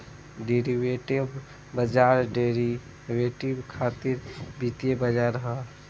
derivative बाजार derivative खातिर वित्तीय बाजार ह